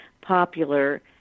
popular